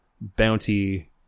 bounty